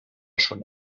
schon